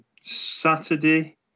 Saturday